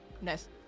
Nice